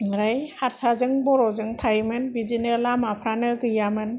आमफ्राय हारसाजों बर'जों थायोमोन बिदिनो लामाफ्राबो गैयामोन